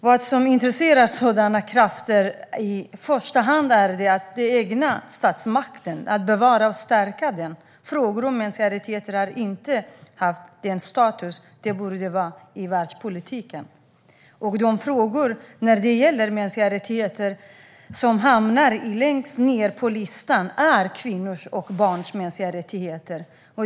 Vad som intresserar sådana krafter är i första hand den egna statsmakten - att bevara och stärka den. Frågor om mänskliga rättigheter har inte haft den status de borde ha i världspolitiken. De frågor om mänskliga rättigheter som hamnar längst ned på listan är frågor om kvinnors och barns mänskliga rättigheter.